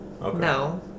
No